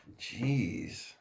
Jeez